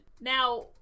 Now